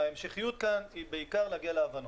ההמשכיות כאן היא בעיקר להגיע להבנות.